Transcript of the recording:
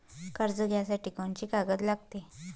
कर्ज घ्यासाठी कोनची कागद लागते?